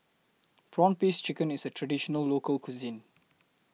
Prawn Paste Chicken IS A Traditional Local Cuisine